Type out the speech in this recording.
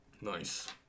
Nice